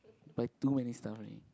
like too many stuff already